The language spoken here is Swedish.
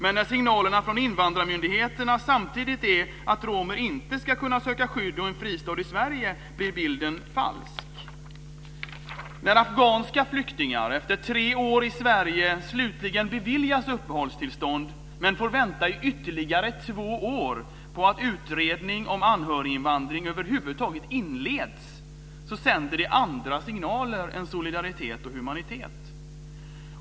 Men när signalerna från invandrarmyndigheterna samtidigt är att romer inte ska kunna söka skydd och en fristad i Sverige blir bilden falsk. När afghanska flyktingar efter tre år i Sverige slutligen beviljas uppehållstillstånd, men får vänta ytterligare två år på att utredning om anhöriginvandring över huvud taget inleds, sänder det andra signaler än signaler om solidaritet och humanitet.